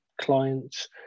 clients